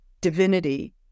divinity